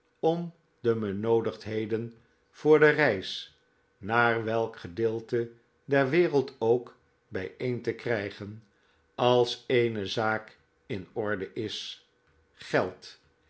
om de benoodigdheden voor de reis naar welk gedeelte der wereld ook bijeen te krijgen als eene zaak in orde is geld